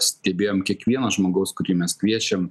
stebėjom kiekvieno žmogaus kurį mes kviečiam